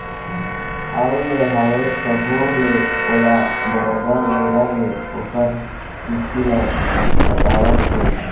अउ ले हवय तभो ले ओला बरोबर बेरा ले ओखर किस्त ल पटावत हे